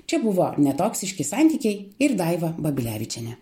čia buvo netoksiški santykiai ir daiva babilevičienė